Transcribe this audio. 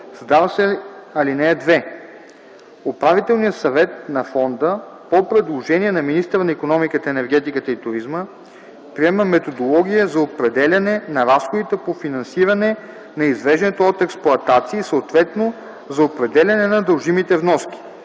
Създава се ал. 2: „(2) Управителният съвет на фонда по предложение на министъра на икономиката, енергетиката и туризма приема методология за определяне на разходите по финансиране на извеждането от експлоатация и съответно за определяне на дължимите вноски.